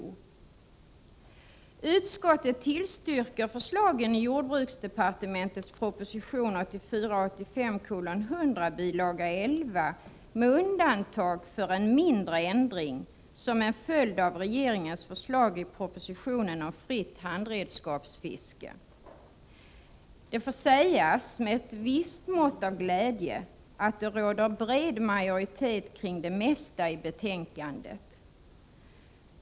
Utskottet tillstyrker förslagen i jordbruksdepartementets proposition 1984/85:100 bil. 11 med undantag för en mindre ändring såsom en följd av regeringens förslag i propositionen om fritt handredskapsfiske. Det får med ett visst mått av glädje sägas att det råder bred majoritet kring det mesta i betänkandet.